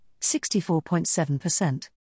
64.7%